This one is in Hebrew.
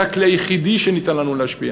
זה הכלי היחידי שניתן לנו כדי להשפיע.